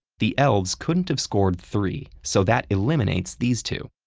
the elves couldn't have scored three, so that eliminates these two.